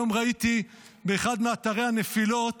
היום ראיתי באחד מאתרי הנפילות